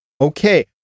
Okay